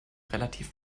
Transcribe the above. relativ